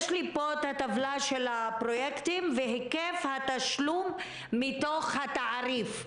יש לי פה את הטבלה של הפרויקטים והיקף התשלום מתוך התעריף.